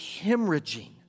hemorrhaging